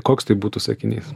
koks tai būtų sakinys